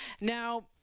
Now